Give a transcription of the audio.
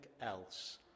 else